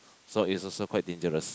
so it's also quite dangerous